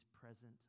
present